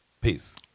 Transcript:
Peace